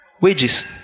wages